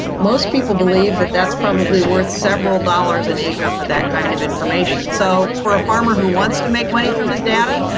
most people believe that that's probably worth several dollars an acre for that kind of information. so for a farmer who wants to make money from his data,